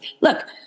look